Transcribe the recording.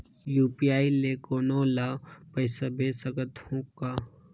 UPI ले कोनो ला पइसा भेज सकत हों का?